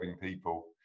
people